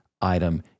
item